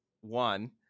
One